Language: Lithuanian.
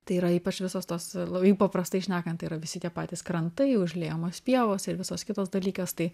tai yra ypač visos tos l jei paprastai šnekant tai yra visi tie patys krantai užliejamos pievos ir visos kitos dalykas tai